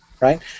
right